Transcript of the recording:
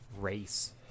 race